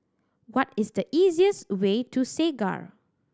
what is the easiest way to Segar